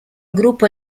gruppo